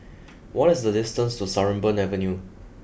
what is the distance to Sarimbun Avenue